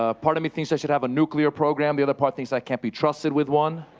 ah part of me thinks i should have a nuclear program, the other part thinks i can't be trusted with one.